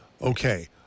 Okay